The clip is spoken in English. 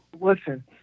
listen